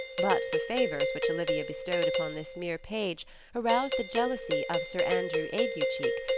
but the favors which olivia bestowed upon this mere page aroused the jealousy of sir andrew aguecheek,